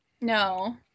No